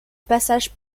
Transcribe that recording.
passage